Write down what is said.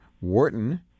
Wharton